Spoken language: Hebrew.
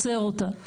אותה.